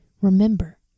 Remember